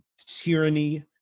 tyranny